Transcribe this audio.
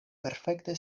perfekte